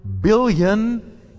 billion